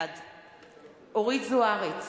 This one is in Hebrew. בעד אורית זוארץ,